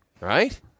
Right